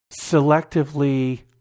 selectively